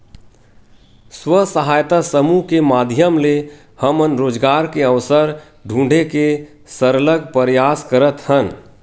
स्व सहायता समूह के माधियम ले हमन रोजगार के अवसर ढूंढे के सरलग परयास करत हन